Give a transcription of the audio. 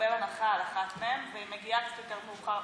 לקבל הנחה על אחת מהן והיא מגיעה קצת יותר מאוחר,